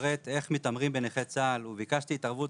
המפרט איך מתעמרים בנכי צה"ל וביקשתי התערבות